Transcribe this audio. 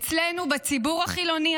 אצלנו בציבור החילוני,